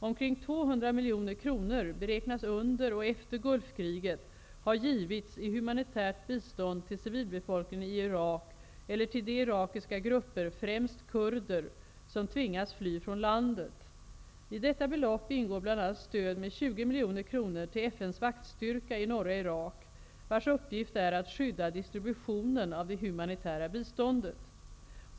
Omkring 200 miljoner kronor beräknas under och efter Gulfkriget ha givits i humanitärt bistånd till civilbefolkningen i Irak eller till de irakiska grupper -- främst kurder -- som tvingats fly från landet. I detta belopp ingår bl.a. stöd med 20 miljoner kronor till FN:s vaktstyrka i norra Irak vars uppgift är att skydda distributionen av det humanitära biståndet.